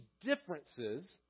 differences